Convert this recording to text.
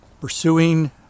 pursuing